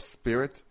spirit